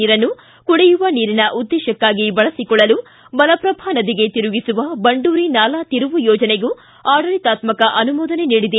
ನೀರನ್ನು ಕುಡಿಯುವ ನೀರಿನ ಉದ್ದೇಶಕ್ಷಾಗಿ ಬಳಸಿಕೊಳ್ಳಲು ಮಲಪ್ರಭಾ ನದಿಗೆ ತಿರುಗಿಸುವ ಬಂಡೂರಿ ನಾಲಾ ತಿರುವು ಯೋಜನೆಗೂ ಆಡಳಿತಾತ್ಕಕ ಅನುಮೋದನೆ ನೀಡಿದೆ